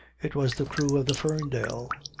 it was the crew of the ferndale.